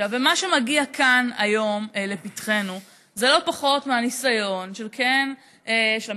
ומה שמגיע כאן היום לפתחנו זה לא פחות מניסיון של המפלגות